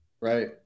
Right